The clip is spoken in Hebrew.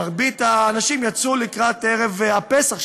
ומרבית האנשים יצאו לקראת ערב הפסח,